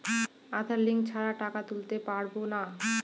আধার link ছাড়া টাকা তুলতে পারব না?